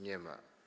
Nie ma.